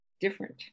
different